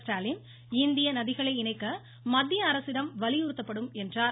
ஸ்டாலின் இந்திய நதிகளை இணைக்க மத்திய அரசிடம் வலியுறுத்தப்படும் என்றார்